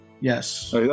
yes